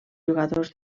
jugadors